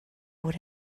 would